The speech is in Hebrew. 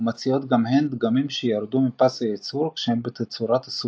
ומציעות גם הן דגמים שירדו מפס הייצור כשהם בתצורת סופרמוטו.